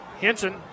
Henson